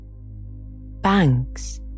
Banks